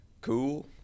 cool